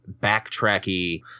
backtracky